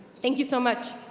thank you so much.